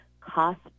cost